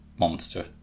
Monster